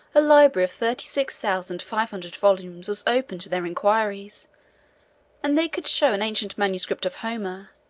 a library of thirty-six thousand five hundred volumes was open to their inquiries and they could show an ancient manuscript of homer,